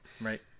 Right